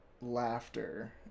laughter